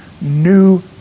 new